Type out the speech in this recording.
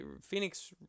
Phoenix